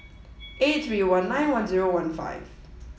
eight three one nine one zero one five